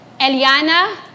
Eliana